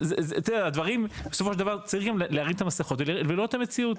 תראה הדברים בסופו של דבר צריך גם להרים את המסכות ולראות את המציאות,